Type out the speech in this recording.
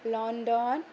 London